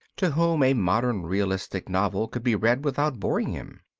to whom a modern realistic novel could be read without boring him.